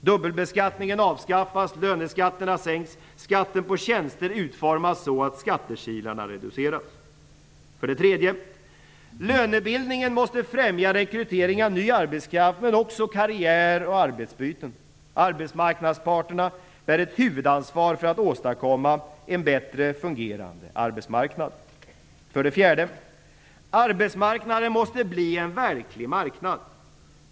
Dubbelbeskattningen avskaffas. Löneskatterna sänks. Skatten på tjänster utformas så att skattekilarna reduceras. 3. Lönebildningen måste främja rekrytering av ny arbetskraft, men också av karriär och arbetsbyten. Arbetsmarknadsparterna bär ett huvudansvar för att åstadkomma en bättre fungerande arbetsmarknad. 4. Arbetsmarknaden måste bli en verklig marknad.